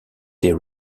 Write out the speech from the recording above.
des